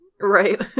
Right